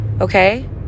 Okay